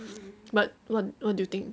but what what do you think